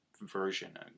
version